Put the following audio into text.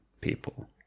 people